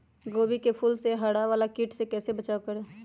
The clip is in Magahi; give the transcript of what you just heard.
गोभी के फूल मे हरा वाला कीट से कैसे बचाब करें?